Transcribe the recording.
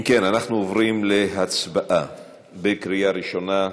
אם כן, אנחנו עוברים להצבעה בקריאה ראשונה.